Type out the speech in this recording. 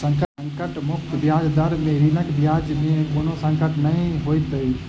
संकट मुक्त ब्याज दर में ऋणक ब्याज में कोनो संकट नै होइत अछि